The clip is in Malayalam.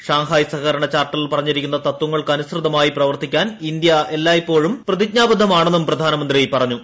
ഷാങ്ങ്ഹാർയി സഹകരണ ചാർട്ടറിൽ പറഞ്ഞിരിക്കുന്ന തത്വങ്ങൾക്ക്നുസൃതമായി പ്രവർത്തിക്കാൻ ഇന്ത്യ എല്ലായ്പ്പോഴും പ്രതിജ്ഞാബദ്ധമാണെന്നും പ്രധാനമന്ത്രി പറഞ്ഞു